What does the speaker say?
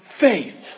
faith